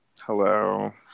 Hello